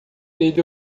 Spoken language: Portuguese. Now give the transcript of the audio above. ele